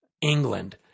England